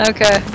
Okay